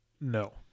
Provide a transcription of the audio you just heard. No